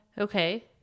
Okay